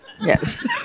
Yes